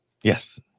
Yes